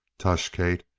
tush, kate.